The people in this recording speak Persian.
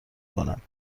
کند